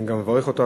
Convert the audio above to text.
גם אני מברך אותך,